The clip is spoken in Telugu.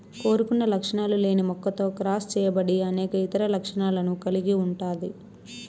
కోరుకున్న లక్షణాలు లేని మొక్కతో క్రాస్ చేయబడి అనేక ఇతర లక్షణాలను కలిగి ఉంటాది